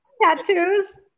Tattoos